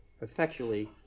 effectually